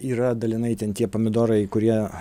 yra dalinai ten tie pomidorai kurie